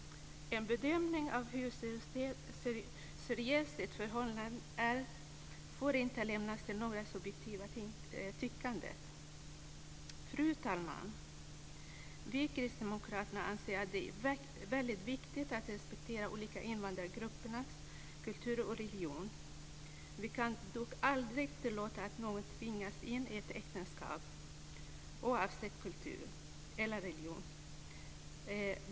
En bedömning av hur seriöst ett förhållande är får inte lämnas åt något subjektivt tyckande. Fru talman! Vi kristdemokrater anser att det är väldigt viktigt att respektera olika invandrargruppers kultur och religion. Vi kan dock aldrig tillåta att någon tvingas in i ett äktenskap oavsett kultur eller religion.